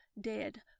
dead